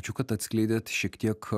ačiū kad atskleidėt šiek tiek